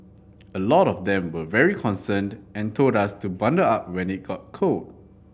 a lot of them were very concerned and told us to bundle up when it got cold